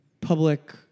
public